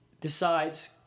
decides